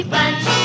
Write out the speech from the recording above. Bunch